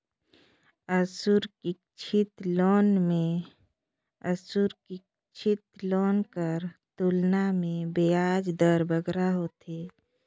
असुरक्छित लोन में सुरक्छित लोन कर तुलना में बियाज दर बगरा होथे